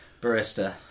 Barista